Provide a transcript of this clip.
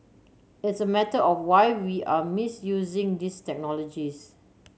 it's a matter of why we are misusing these technologies